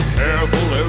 careful